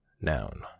noun